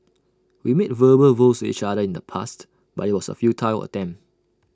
we made verbal vows to each other in the past but IT was A futile attempt